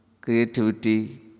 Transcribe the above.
creativity